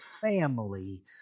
family